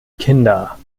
kinder